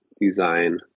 design